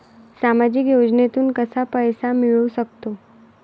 सामाजिक योजनेतून कसा पैसा मिळू सकतो?